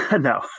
no